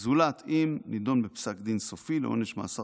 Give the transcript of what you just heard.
זולת אם נידון בפסק דין סופי לעונש מאסר